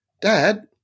Dad